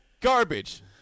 garbage